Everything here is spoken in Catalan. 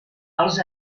els